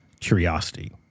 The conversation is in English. curiosity